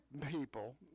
people